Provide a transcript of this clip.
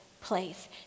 place